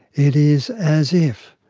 it is as if,